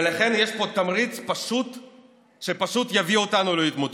ולכן יש פה תמריץ שפשוט יביא אותנו להתמוטטות,